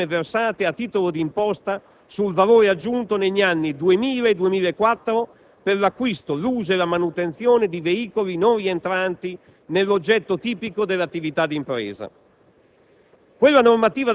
in relazione alle somme versate a titolo d'imposta sul valore aggiunto negli anni 2000 e 2004 per l'acquisto, l'uso e la manutenzione di veicoli non rientranti nell'oggetto tipico dell'attività d'impresa.